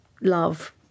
love